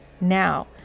Now